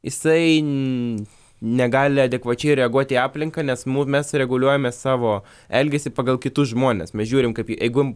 jisai negali adekvačiai reaguot į aplinką nes mu mes reguliuojame savo elgesį pagal kitus žmones mes žiūrim kaip į jeigu